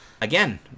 Again